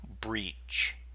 breach